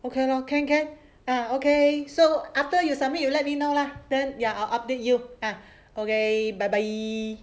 okay lor can can uh okay so after you submit you let me know lah then ya I'll update you ah okay bye bye